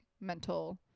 mental